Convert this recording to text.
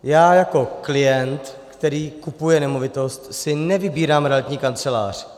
Já jako klient, který kupuje nemovitost, si nevybírám realitní kancelář.